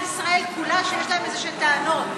ישראל כולה שיש להם איזשהן טענות.